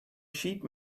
sheet